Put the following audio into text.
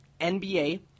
NBA